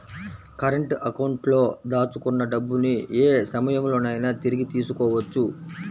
current అకౌంట్లో దాచుకున్న డబ్బుని యే సమయంలోనైనా తిరిగి తీసుకోవచ్చు